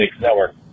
Network